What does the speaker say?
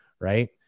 right